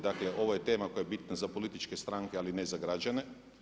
Dakle, ovo je tema koja je bitna za političke stranke, ali ne i za građane.